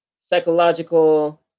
Psychological